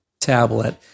tablet